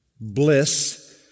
bliss